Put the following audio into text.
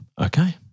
okay